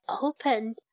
opened